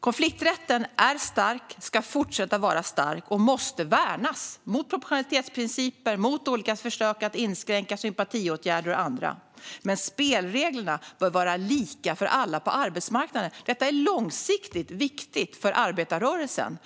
Konflikträtten är stark och ska fortsätta att vara stark. Den måste värnas mot proportionalitetsprinciper, olika försök att inskränka sympatiåtgärder och annat. Men spelreglerna bör vara lika för alla på arbetsmarknaden. Detta är långsiktigt viktigt för arbetarrörelsen.